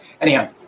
Anyhow